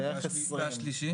והתגמול השלישי,